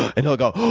and he'll go,